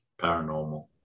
paranormal